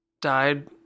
died